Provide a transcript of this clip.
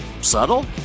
Subtle